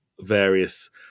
various